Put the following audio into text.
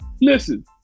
listen